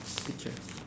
speech ah